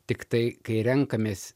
tiktai kai renkamės